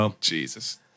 Jesus